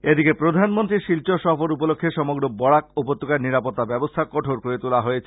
এদিকে প্রধানমন্ত্রীর শিলচর সফর উপলক্ষ্যে সমগ্র বরাক উপত্যকায় নিরাপত্তা ব্যবস্থা কঠোর করে তোলা হয়েছে